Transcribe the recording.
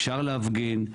אפשר להפגין.